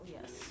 yes